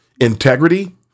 integrity